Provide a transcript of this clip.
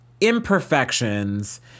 imperfections